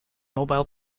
mobile